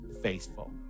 faithful